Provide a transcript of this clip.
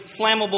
flammable